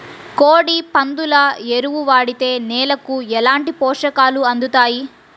కోడి, పందుల ఎరువు వాడితే నేలకు ఎలాంటి పోషకాలు అందుతాయి